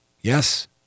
Yes